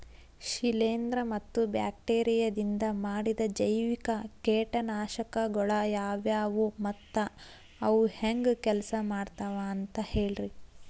ಶಿಲೇಂಧ್ರ ಮತ್ತ ಬ್ಯಾಕ್ಟೇರಿಯದಿಂದ ಮಾಡಿದ ಜೈವಿಕ ಕೇಟನಾಶಕಗೊಳ ಯಾವ್ಯಾವು ಮತ್ತ ಅವು ಹೆಂಗ್ ಕೆಲ್ಸ ಮಾಡ್ತಾವ ಅಂತ ಹೇಳ್ರಿ?